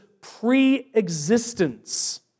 pre-existence